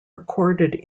recorded